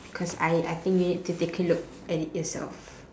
because I I think you need to take a look at it yourself